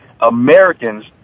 Americans